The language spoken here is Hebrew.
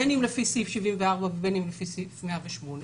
בין אם לפי סעיף 74 בין אם לפי סעיף 108?